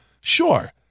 sure